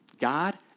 God